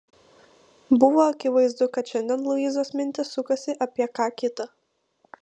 buvo akivaizdu kad šiandien luizos mintys sukasi apie ką kita